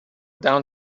down